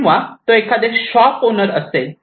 किंवा तो एखादे शॉप ओनर असेल